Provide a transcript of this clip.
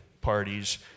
parties